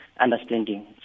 understanding